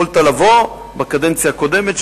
יכולת לבוא בקדנציה הקודמת,